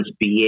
BA